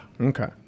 Okay